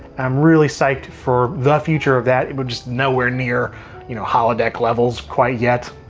i'm really psyched for the future of that, which is nowhere near you know holodeck levels quite yet.